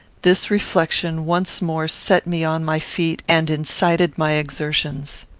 this reflection once more set me on my feet and incited my exertions.